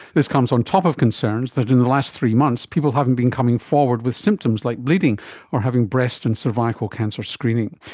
this comes on top of concerns that in the last three months people haven't been coming forward with symptoms like bleeding or having breast and cervical cancer screening.